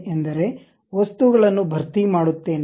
ಎಂದರೆ ವಸ್ತುಗಳನ್ನು ಭರ್ತಿ ಮಾಡುತ್ತೇನೆ